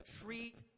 treat